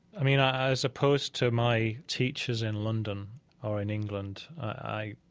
i mean, i suppose to my teachers in london or in england, i,